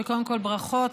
וקודם כול ברכות,